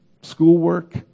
schoolwork